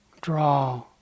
draw